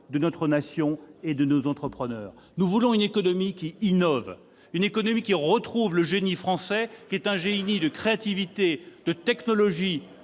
de notre nation et de nos entrepreneurs. Nous voulons une économie qui innove, une économie qui retrouve le génie français, qui est un génie de créativité, de technologie,